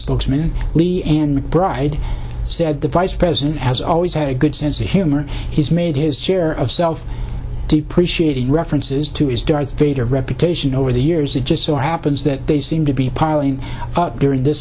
spokesman lee ann mcbride said the vice president has always had a good sense of humor he's made his share of self depreciating references to his darth vader reputation over the years it just so happens that they seem to be piling up during th